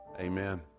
Amen